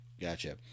Gotcha